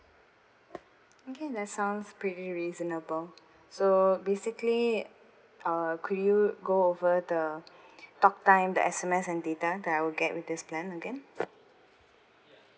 okay that sounds pretty reasonable so basically uh could you go over the talk time the S_M_S and data that I will get with this plan again